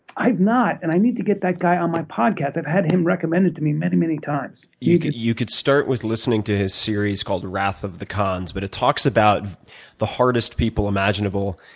i have not, and i need to get that guy on my podcast. i've had him recommended to me many, many times. you could you could start with listening to his series called wrath of the cons, but it talks about the hardest people imaginable,